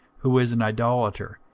who is an idolater,